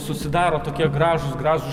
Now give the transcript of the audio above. susidaro tokie gražūs gražūs